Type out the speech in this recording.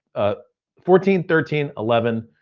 ah fourteen, thirteen, eleven,